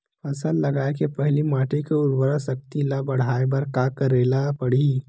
फसल लगाय के पहिली माटी के उरवरा शक्ति ल बढ़ाय बर का करेला पढ़ही?